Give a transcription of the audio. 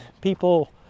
people